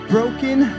Broken